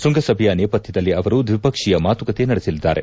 ಶೃಂಗಸಭೆಯ ನೇಪಥ್ಯದಲ್ಲಿ ಅವರು ದ್ವಿಪಕ್ಷೀಯ ಮಾತುಕತೆ ನಡೆಸಲಿದ್ದಾರೆ